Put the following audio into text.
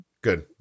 good